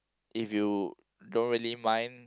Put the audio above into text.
if you don't really mind